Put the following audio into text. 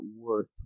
worth